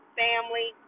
family